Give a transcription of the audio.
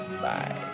bye